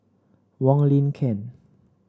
Wong Lin Ken